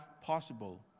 possible